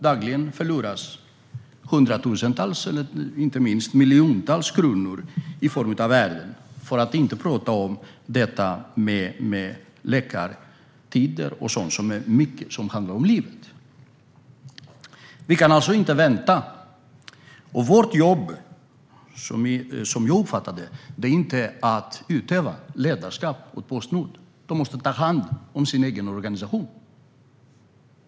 Dagligen förloras hundratusentals eller miljontals kronor i form av värden, för att inte tala om detta med läkartider och sådant som handlar om livet. Vi kan alltså inte vänta. Vårt jobb är som jag uppfattar det inte att utöva ledarskap åt Postnord. De måste ta hand om sin egen organisation.